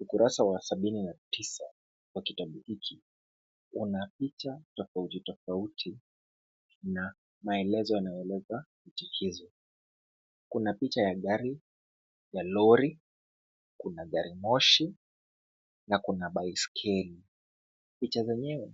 Ukurasa wa sabini na tisa wa kitabu hiki una picha tofauti tofauti na maelezo yanaeleza picha hizo. Kuna picha ya gari ya lori, kuna gari moshi na kuna baiskeli. picha zenyewe